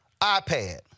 iPad